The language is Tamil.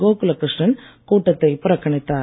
கோகுல கிருஷ்ணன் கூட்டத்தை புறக்கணித்தார்